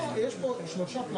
כאמור, יש כאן שני